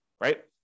right